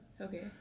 Okay